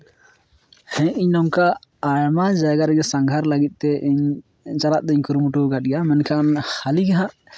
ᱦᱮᱸ ᱤᱧ ᱱᱚᱝᱠᱟ ᱟᱭᱢᱟ ᱡᱟᱭᱜᱟ ᱨᱮᱜᱮ ᱥᱟᱸᱜᱷᱟᱨ ᱞᱟᱹᱜᱤᱫ ᱛᱮ ᱤᱧ ᱪᱟᱞᱟᱜ ᱫᱩᱧ ᱠᱩᱨᱩᱢᱩᱴᱩ ᱟᱠᱟᱜ ᱜᱮᱭᱟ ᱢᱮᱱᱠᱷᱟᱱ ᱦᱟᱹᱞᱤ ᱜᱮᱦᱟᱸᱜ